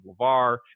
LeVar